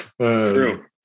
true